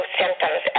symptoms